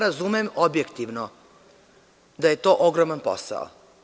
Razumem, objektivno da je to ogroman posao.